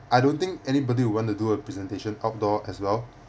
I don't think anybody would want to do a presentation outdoor as well